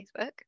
Facebook